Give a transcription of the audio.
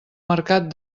mercat